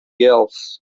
else